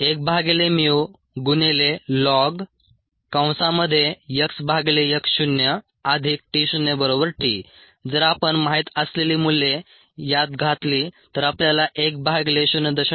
1ln xx0t0t जर आपण माहित असलेली मूल्ये यात घातली तर आपल्याला 1 भागिले 0